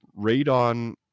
radon